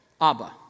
Abba